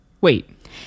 Wait